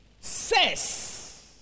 says